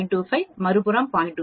25 மறுபுறம் 0